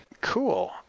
Cool